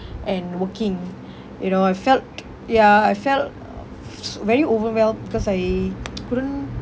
and working you know I felt ya I felt uh very overwhelmed because I couldn't